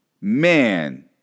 Man